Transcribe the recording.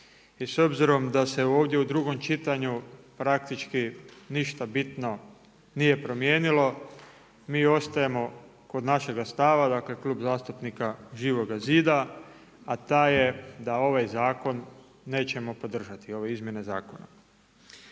I s obzirom da se ovdje u drugom čitanju praktički ništa bitno nije promijenilo, mi ostajemo kod našega stava. Dakle Klub zastupnika Živoga zida a taj je da ovaj zakon nećemo podržati, ove izmjene zakona.